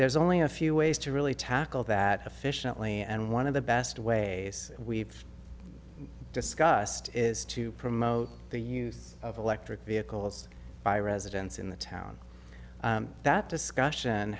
there's only a few ways to really tackle that efficiently and one of the best ways we've discussed is to promote the use of electric vehicles by residents in the town that discussion